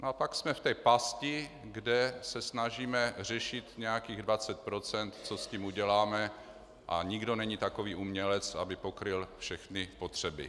A pak jsme v té pasti, kde se snažíme řešit nějakých 20 %, co s tím uděláme, a nikdo není takový umělec, aby pokryl všechny potřeby.